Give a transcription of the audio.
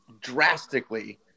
drastically